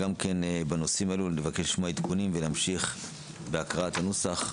בנושאים האלה לשמוע גם עדכונים ולהמשיך בהקראת הנוסח.